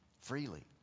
Freely